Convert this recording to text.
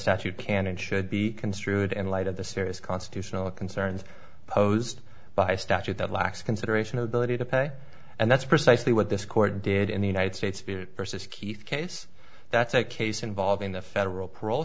statute can and should be construed in light of the serious constitutional concerns posed by statute that lacks consideration of billeted of pay and that's precisely what this court did in the united states versus keith case that's a case involving the federal par